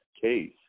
case